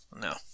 no